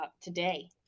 today